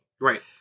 Right